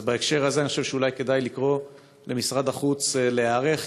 אז בהקשר הזה אני חושב שאולי כדאי לקרוא למשרד החוץ להיערך,